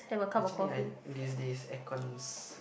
actually I these days air cons